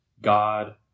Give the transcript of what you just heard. God